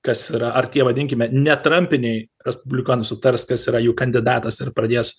kas yra ar tie vadinkime ne trampiniai respublikonai sutars kas yra jų kandidatas ir pradės